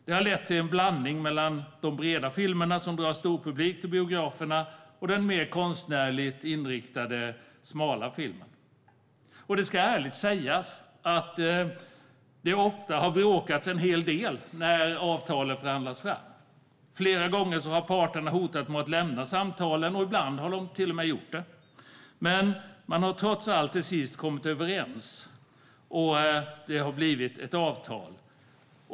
Det har lett till en blandning av de breda filmerna som drar storpublik till biograferna och den mer konstnärligt inriktade smala filmen. Det ska ärligt sägas att det ofta har bråkats en hel del när avtalen har förhandlats fram. Flera gånger har parterna hotat med att lämna samtalen, och ibland har de till och med gjort det. Men till sist har parterna trots allt kommit överens, och det har blivit ett avtal.